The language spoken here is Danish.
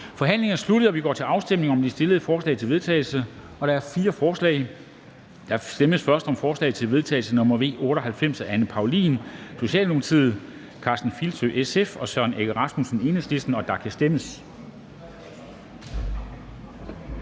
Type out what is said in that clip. Forhandlingen er sluttet, og vi går til afstemning om de stillede forslag til vedtagelse. Der er fire forslag. Der stemmes først om forslag til vedtagelse nr. V 98 af Anne Paulin (S), Karsten Filsø (SF) og Søren Egge Rasmussen (EL). Der kan stemmes.